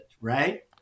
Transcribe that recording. right